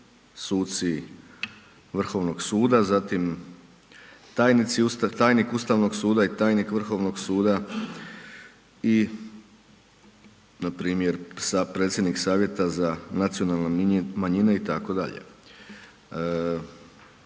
suci Vrhovnog suda, zatim tajnik Ustavnog suda i tajnik Vrhovnog suda i npr. sa predsjednik savjeta za nacionalne manjine itd.